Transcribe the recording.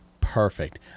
perfect